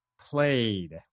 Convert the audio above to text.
played